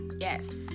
yes